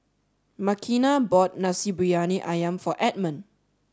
Makena bought Nasi Briyani Ayam for Edmond